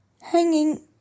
Hanging